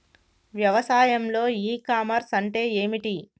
వ్యవసాయంలో e commerce అంటే ఏమిటి?